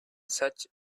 such